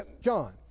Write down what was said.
John